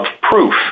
proof